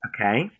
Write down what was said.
Okay